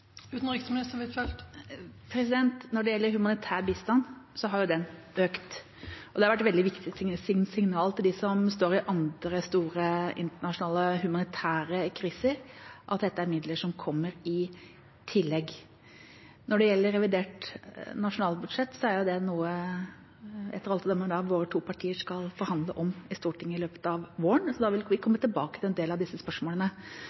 Når det gjelder humanitær bistand, har den økt. Det har vært et veldig viktig signal til dem som står i andre store internasjonale humanitære kriser, at dette er midler som kommer i tillegg. Når det gjelder revidert nasjonalbudsjett, er det etter alt å dømme noe våre to partier skal forhandle om i Stortinget i løpet av våren, så da vil vi komme tilbake til en del av disse spørsmålene.